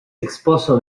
esposo